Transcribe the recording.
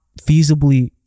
feasibly